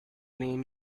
name